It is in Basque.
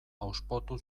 hauspotu